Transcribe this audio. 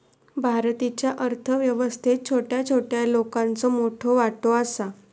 भारतीच्या अर्थ व्यवस्थेत छोट्या छोट्या लोकांचो मोठो वाटो आसा